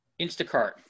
Instacart